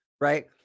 right